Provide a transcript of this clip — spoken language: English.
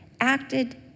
acted